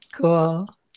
Cool